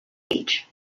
age